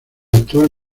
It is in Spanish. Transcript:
actual